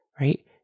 right